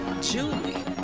Julie